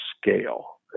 scale